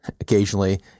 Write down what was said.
occasionally